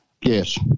yes